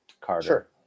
Carter